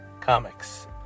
comics